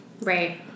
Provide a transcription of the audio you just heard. Right